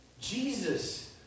Jesus